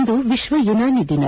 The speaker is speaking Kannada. ಇಂದು ವಿಶ್ವ ಯುನಾನಿ ದಿನ